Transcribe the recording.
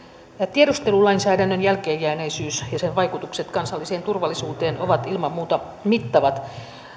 tiedustelulainsäädännön jälkeenjääneisyys ja sen vaikutukset kansalliseen turvallisuuteen ovat ilman muuta mittavat